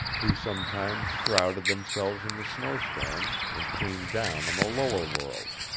who sometimes shrouded themselves in the snowstorm and came down on the lower world.